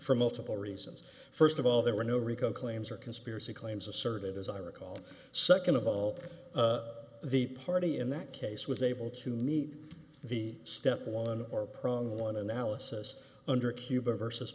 for multiple reasons first of all there were no rico claims or conspiracy claims asserted as i recall second of all the party in that case was able to meet the step one or prong one analysis under cuba versus